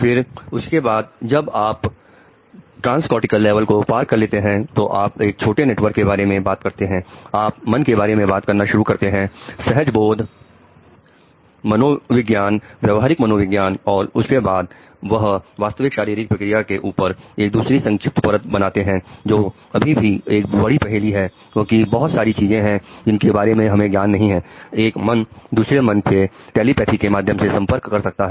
फिर उसके बाद जब आप ट्रांस्कॉर्टिकल स्तर के माध्यम से संपर्क कर सकता है